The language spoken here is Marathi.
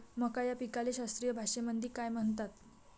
मका या पिकाले शास्त्रीय भाषेमंदी काय म्हणतात?